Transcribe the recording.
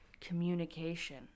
communication